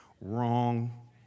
Wrong